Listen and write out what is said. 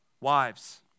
Wives